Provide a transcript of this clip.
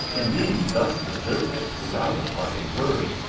in being thus deserted without a parting word.